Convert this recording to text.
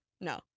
No